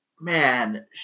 man